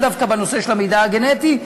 לאו דווקא בנושא של המידע הגנטי,